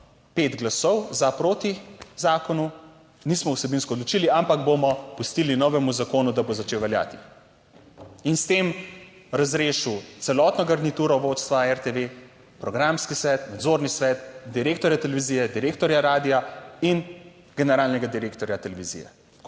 pet glasov za, proti zakonu, nismo vsebinsko odločili, ampak bomo pustili novemu zakonu, da bo začel veljati, in s tem razrešil celotno garnituro vodstva RTV, programski svet, nadzorni svet, direktorja televizije, direktorja radia in generalnega direktorja televizije.